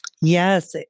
Yes